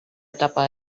etapa